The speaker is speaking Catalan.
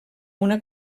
una